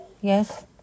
Yes